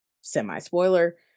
semi-spoiler